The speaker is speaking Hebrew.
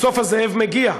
בסוף הזאב מגיע.